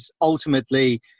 ultimately